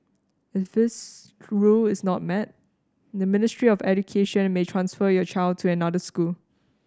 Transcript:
if this rule is not met the Ministry of Education may transfer your child to another school